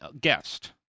guest